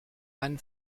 einen